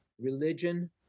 religion